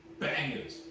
bangers